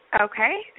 Okay